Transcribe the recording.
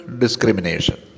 discrimination